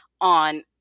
On